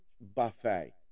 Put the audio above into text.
buffet